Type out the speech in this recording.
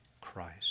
Christ